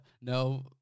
No